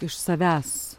iš savęs